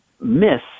miss